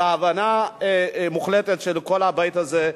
בהבנה מוחלטת של כל הבית הזה.